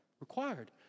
required